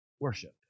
worship